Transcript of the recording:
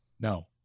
No